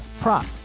prop